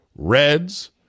Reds